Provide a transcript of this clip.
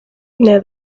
near